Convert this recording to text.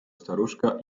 staruszka